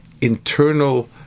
internal